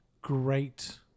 great